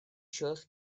şahıs